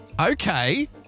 Okay